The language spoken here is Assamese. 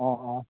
অঁ অঁ